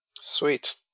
Sweet